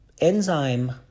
enzyme